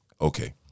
Okay